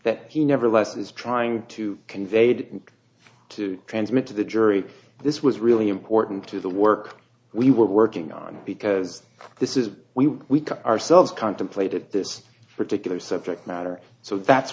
that he never lessens trying to conveyed to transmit to the jury this was really important to the work we were working on because this is we we call ourselves contemplated this particular subject matter so that's